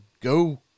go